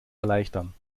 erleichtern